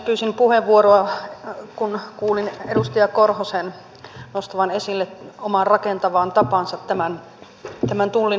pyysin puheenvuoroa kun kuulin edustaja korhosen nostavan esille omaan rakentavaan tapaansa tullin hallinnointiasian